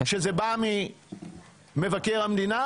שזה בא ממבקר המדינה?